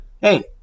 Hey